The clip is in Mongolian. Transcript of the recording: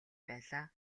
байлаа